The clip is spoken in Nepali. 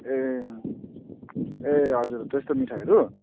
ए हुन् ए हजुर त्यस्तो मिठाईहरू